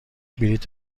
بلیط